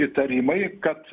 įtarimai kad